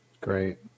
Great